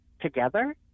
together